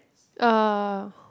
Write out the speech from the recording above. ya